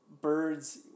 birds